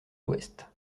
l’ouest